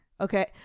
Okay